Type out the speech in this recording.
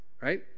Right